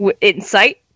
insight